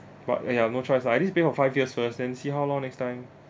but !aiya! no choice ah at least pay for five years first then see how loh next time